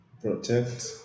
protect